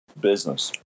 business